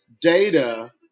data